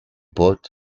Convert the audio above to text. pot